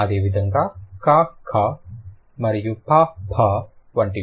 అదేవిధంగా క ఖ మరియు ప ఫా వంటివి